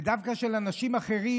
ודווקא של אנשים אחרים,